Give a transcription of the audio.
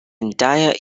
entire